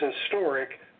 historic